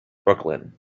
brooklyn